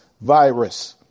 virus